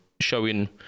showing